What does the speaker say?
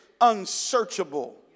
unsearchable